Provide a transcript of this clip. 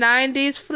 90s